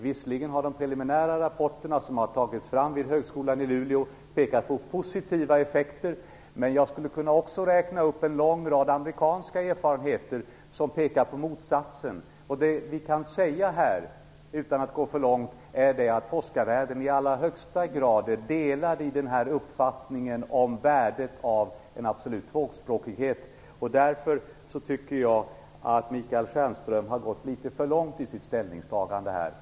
Visserligen har man i de preliminära rapporter som har tagits fram vid Högskolan i Luleå pekat på positiva effekter, men jag skulle också kunna räkna upp en lång rad amerikanska erfarenheter, som pekar på motsatsen. Det vi utan att gå för långt kan säga här är att forskarvärlden i allra högsta grad är delad vad gäller uppfattningen om värdet av en absolut tvåspråkighet. Därför tycker jag att Michael Stjernström har gått litet för långt i sitt ställningstagande.